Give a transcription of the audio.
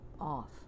off